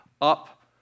up